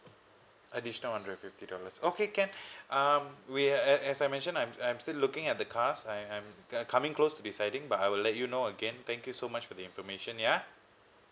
additional hundred fifty dollars okay can um we're uh as I mention I'm I'm still looking at the cars I I'm coming close to deciding but I will let you know again thank you so much for the information ya